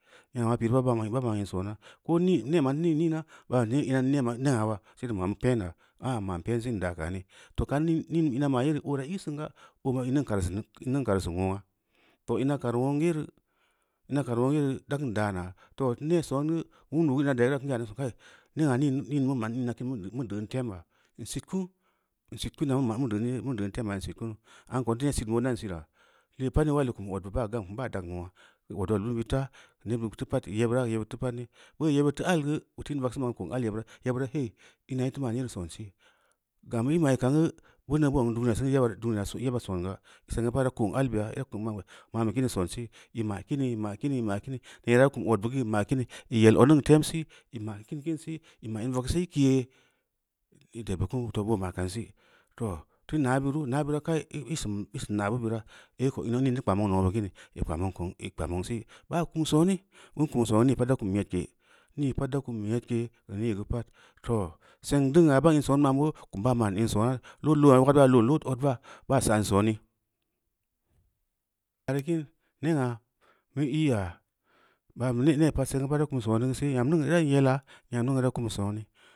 Ntyama pi baru pa’at ba ma’an –ba ma’an a’n sona ko ni-ni-ni in éma’a’ nina ni-ni na na ne’a’ neyaa newa seto ma’an mbang tema’a a mma tensi seto ma’am mbang téma’a, a mma tensi nda kané to kambit niŋ-niŋ ina man nda kané to kambit niŋ-niŋ ina man yera ora’ isinga’a’ o ma ən niŋ a kangeənu’u an nin kangson nwoŋa’a’ toh ina kand nwoŋyera da kaŋn dəana toh nne songə wundu’u ga’ da’an nda kən da’an ban kai neya’a nin mu ma’an ina kin mu dəun tém in sitkunu amko ən ti sitko sai ən daran sira’a ‘i’ pa’att be’iba ot wal gə pa’at ba da’at gam ba’a ba’a ga’at bta gam wonghan’a’ ku ot wal gə bit ta’a nebit bə pa’at ku yebura’a ku yabit tə pa’at ko yabit tə alga ‘i’ tə an vaksa ma’an gə ən alə kunu yebura’a hehh ina ‘i’ tə ma’ana yera sonse’ gam ima ka kan gə bone bu oʒun duniya seng dəu yaware seng duniya yeba’a senga pa’at ida kun albeyaa-ida kum albeya’a mambe kini sonse’ ima kini-ima kini-ima kini ida kum ot bugil’i ima kini ‘i’ yel ot niŋ temsi ima kini-ima kin kin si’ii ima ən vaksu si ‘i’ kiyee ndet bu kunu toh ba’o mma kansi toh tu nna bit gə nnabira’a kai ‘i’i i’ sun nna bə bə bəra mmpan wong i mmpam wongsi ba kwun sone’ bu kum soné gə ni pa’at da kum ɨ nyetke ni pa’at da kum nyetke oʒang niŋ gə pa’at toh seŋ dungha’a ba an son man gə bo’o kum ba’a ma’am in sona ləutlo’o ba ləut ot ba’a ba’a san on spne lara kini ne’a ba’a san in sone kara kini ne’a an iya’a ba-ba ne ne pa’at sen gə ba kum soné amma nyem niŋga da’an tém yelda nyem niŋga ida kum sonɛ.